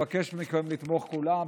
אבקש מכם לתמוך כולם,